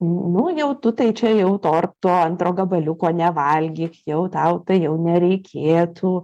nu jau tu tai čia jau torto antro gabaliuko nevalgyk jau tau tai jau nereikėtų